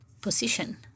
position